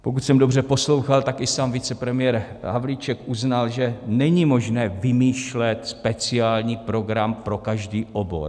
Pokud jsem dobře poslouchal, tak i sám vicepremiér Havlíček uznal, že není možné vymýšlet speciální program pro každý obor.